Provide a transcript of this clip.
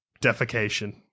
defecation